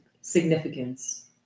significance